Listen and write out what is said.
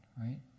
right